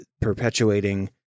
perpetuating